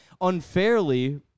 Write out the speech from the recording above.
Unfairly